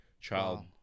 child